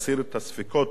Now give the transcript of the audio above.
אני בעד החוק,